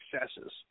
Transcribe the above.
successes